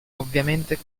ovviamente